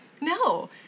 no